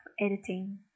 editing